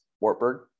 Wartburg